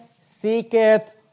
seeketh